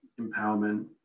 empowerment